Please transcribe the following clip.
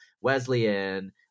Wesleyan